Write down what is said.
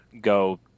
go